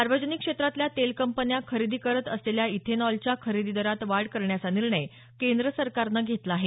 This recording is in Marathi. सार्वजनिक क्षेत्रातल्या तेल कंपन्या खरेदी करत असलेल्या इथेनॉलच्या खरेदी दरात वाढ करण्याचा निर्णय केंद्र सरकारनं घेतला आहे